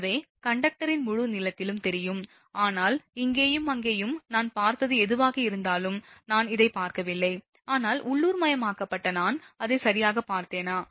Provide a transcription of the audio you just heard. எனவே கண்டக்டரின் முழு நீளத்திலும் தெரியும் ஆனால் இங்கேயும் அங்கேயும் நான் பார்த்தது எதுவாக இருந்தாலும் நான் இதைப் பார்க்கவில்லை ஆனால் உள்ளூர்மயமாக்கப்பட்ட நான் அதை சரியாகப் பார்த்தேனா